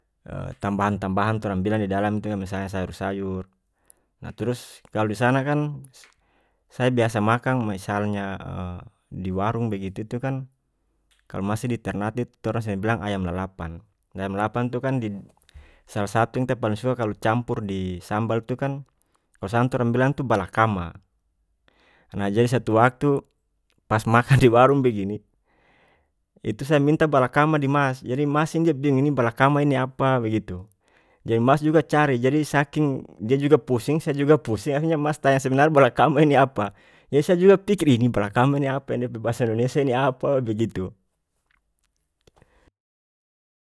tambahan tambahan torang bilang di dalam itu misalnya sayur sayur nah turus kalu di sana kan saya biasa makang misalnya di warung begitu itu kan kalu masih di ternate torang bilang ayam lalapan ayam lalapan itu kan did salah satu kita paling suka kalu campur di sambal tu kan kalu sana torang bilang itu balakama nah jadi sewaktu waktu pas makang di warung begini itu saya minta balakama di mas jadi mas ini dia bingun ini balakama ini apa begitu jadi mas juga cari jadi saking dia juga pusing saya juga pusing ahirnya mas tanya sebenarnya balakama ini apa jadi saya juga pikir ih ini balakama ini apa ini dia pe bahasa indonesia ini apa begitu.